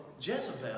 Jezebel